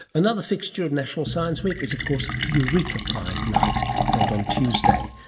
another fixture of national science week is of course eureka prize night, held on tuesday.